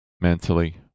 mentally